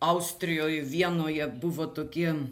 austrijoj vienoje buvo tokie